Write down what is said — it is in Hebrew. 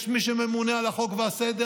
יש מי שממונה על החוק והסדר,